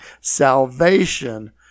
salvation